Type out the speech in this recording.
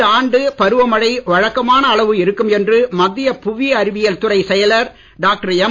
இந்த ஆண்டு பருவமழை வழக்கமான அளவு இருக்கும் என்று மத்திய புவி அறிவியல் துறை செயலாளர் டாக்டர் எம்